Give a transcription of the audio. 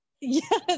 yes